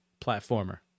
platformer